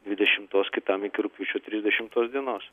dvidešimtos kitam iki rugpjūčio trisdešimtos dienos